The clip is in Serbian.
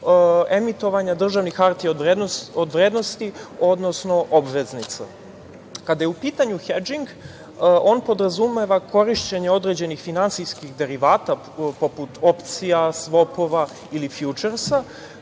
emitovanja državnih hartija od vrednosti, odnosno obveznica. Kada je u pitanju hedžing, on podrazumeva korišćenje određenih finansijskih derivata poput opcija, svopova i fjučersa